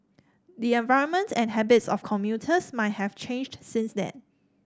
the environment and habits of commuters might have changed since then